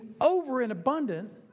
over-and-abundant